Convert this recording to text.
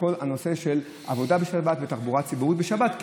כל הנושא של עבודה בשבת ותחבורה ציבורית בשבת.